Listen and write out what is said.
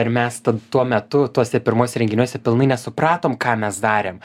ir mes tad tuo metu tuose pirmuose renginiuose pilnai nesupratom ką mes darėm